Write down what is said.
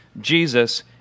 Jesus